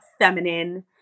feminine